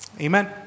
Amen